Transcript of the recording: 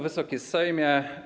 Wysoki Sejmie!